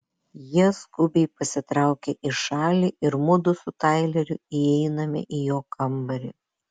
jie skubiai pasitraukia į šalį ir mudu su taileriu įeiname į jo kambarį